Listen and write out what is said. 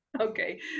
Okay